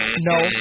no